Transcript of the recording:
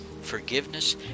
Forgiveness